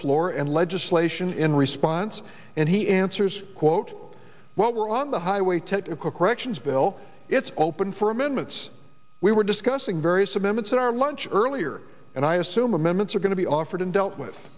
floor and legislation in response and he answers quote what we're on the highway technical corrections bill it's open for amendments we were discussing various amendments in our lunch earlier and i assume amendments are going to be offered and dealt with